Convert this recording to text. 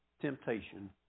temptation